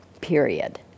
period